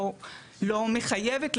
לא מחייבת,